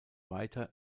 weiter